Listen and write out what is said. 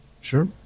Sure